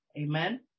amen